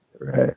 Right